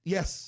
Yes